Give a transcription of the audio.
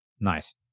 Nice